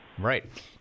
Right